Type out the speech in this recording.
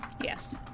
Yes